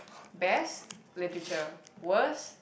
best literature worse